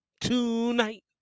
Tonight